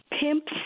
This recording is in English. pimps